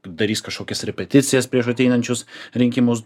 darys kažkokias repeticijas prieš ateinančius rinkimus